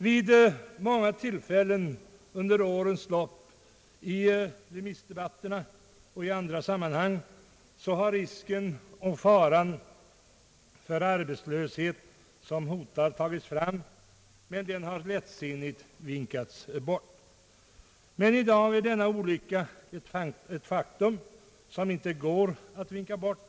Vid många tillfällen under årens lopp, i remissdebatterna och i andra sammanhang, har risken och faran för en hotande arbetslöshet tagits fram men lättsinnigt vinkats bort. I dag är dock denna olycka ett faktum som det inte går att vinka bort.